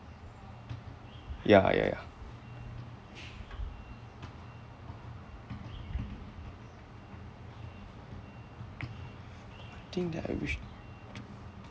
yeah yeah yeah one thing that I wish